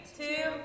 two